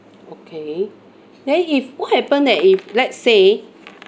okay then if what happen that if let's say